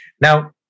Now